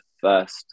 first